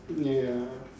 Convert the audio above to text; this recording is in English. ya